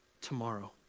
tomorrow